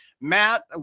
Matt